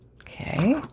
Okay